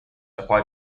apply